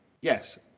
yes